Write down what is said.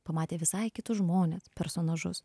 pamatė visai kitus žmones personažus